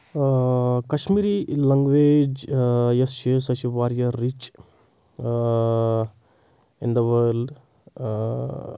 آ کشمیٖری لنٛگویج یۄس چھِ سۄ چھِ واریاہ رِچ آ اِن دَ وٲلڈ آ